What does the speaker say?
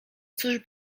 cóż